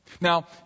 Now